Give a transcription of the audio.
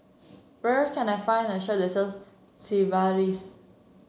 where can I find a sells Sigvaris